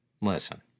Listen